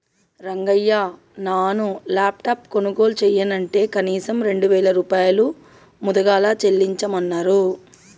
రంగయ్య నాను లాప్టాప్ కొనుగోలు చెయ్యనంటే కనీసం రెండు వేల రూపాయలు ముదుగలు చెల్లించమన్నరు